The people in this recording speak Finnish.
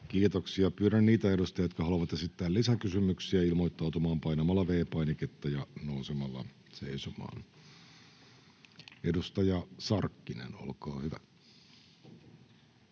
Kiitoksia. — Pyydän niitä edustajia, jotka haluavat esittää lisäkysymyksiä, ilmoittautumaan painamalla V-painiketta ja nousemalla seisomaan. — Edustaja Sarkkinen, olkaa hyvä.